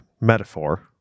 metaphor